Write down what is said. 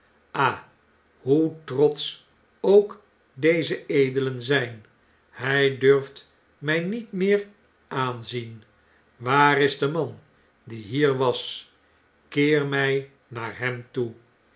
ah hoe trotsch ook deze edelen zijn hij durft mij niet meer aanzien waar is de man die hier was keer mij naar hem toe